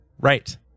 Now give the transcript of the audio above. Right